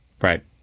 Right